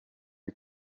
les